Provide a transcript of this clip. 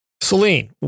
Celine